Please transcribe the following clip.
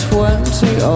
Twenty